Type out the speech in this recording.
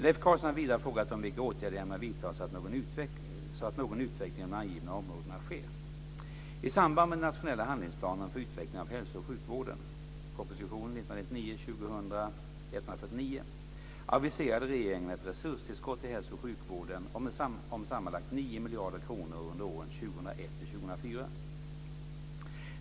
Leif Carlsson har vidare frågat om vilka åtgärder jag ämnar vidta så att någon utveckling inom de angivna områdena sker. miljarder kronor under åren 2001-2004.